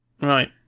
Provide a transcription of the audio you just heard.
right